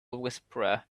whisperer